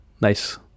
nice